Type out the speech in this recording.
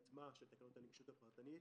בהטמעה של תקנות הנגישות הפרטנית.